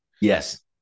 Yes